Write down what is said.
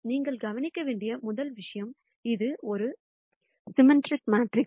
நீங்கள் கவனிக்க வேண்டிய முதல் விஷயம் இது ஒரு சிம்மெட்ரிக் மேட்ரிக்ஸ்